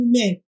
men